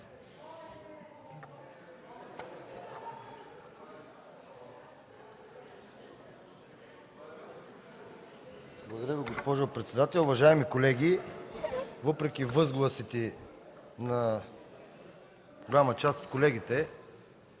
Благодаря, госпожо председател. Уважаеми колеги, въпреки възгласите на голяма част от колегите,